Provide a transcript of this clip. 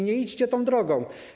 Nie idźcie tą drogą.